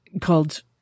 called